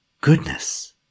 Goodness